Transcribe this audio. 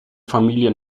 familie